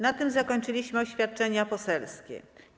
Na tym zakończyliśmy oświadczenia poselskie.